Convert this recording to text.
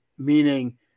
Meaning